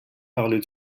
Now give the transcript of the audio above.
parler